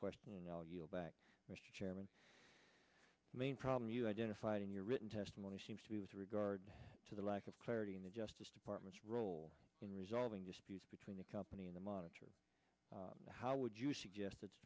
question and i'll yield back mr chairman main problem you identified in your written testimony seems to be with regard to the lack of clarity in the justice department's role in resolving disputes between the company and the monitor how would you suggest it